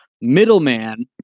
middleman